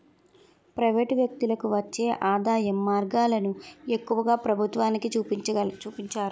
private వ్యక్తులకు వచ్చే ఆదాయం మార్గాలను ఎక్కువగా ప్రభుత్వానికి చూపించరు